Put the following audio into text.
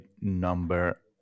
number